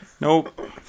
nope